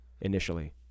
initially